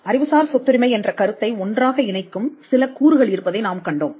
அறிவுசார் சொத்துரிமை என்ற கருத்தை ஒன்றாக இணைக்கும் சில கூறுகள் இருப்பதை நாம் கண்டோம்